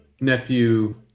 nephew